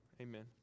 amen